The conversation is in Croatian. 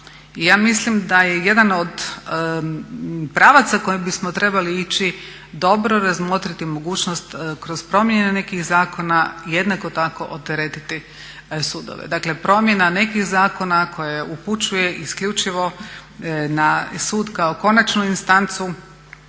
ja mislim da je jedan od pravaca kojima bismo trebali ići dobro razmotriti mogućnost kroz promjene nekih zakona jednako tako oteretiti sudove. Dakle promjena nekih zakona koje upućuje isključivo na sud kao konačnu instancu